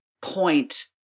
point